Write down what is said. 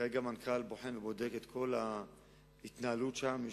כרגע המנכ"ל בוחן ובודק את כל ההתנהלות שם.